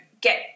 get